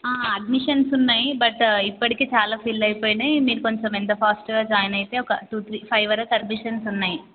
admissions ఉన్నాయి but ఇప్పడికే చాలా ఫిల్ అయిపోయినాయి మీరు కొంచెం ఎంత ఫాస్ట్గా జాయిన్ అయితే ఒక టూ త్రీ ఫైవ్ వరకు అడ్మిషన్స్ ఉన్నాయి